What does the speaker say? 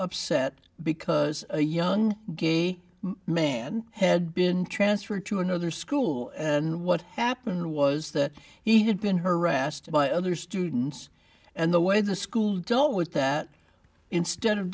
upset because a young gay man had been transferred to another school and what happened was that he had been harassed by other students and the way the school dealt with that instead of